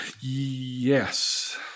Yes